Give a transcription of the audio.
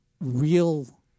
real